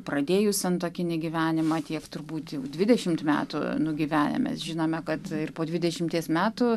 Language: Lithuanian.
pradėjus santuokinį gyvenimą tiek turbūt jau dvidešimt metų nugyvenę mes žinome kad ir po dvidešimties metų